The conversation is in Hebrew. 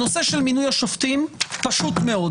הנושא של מינוי השופטים, פשוט מאוד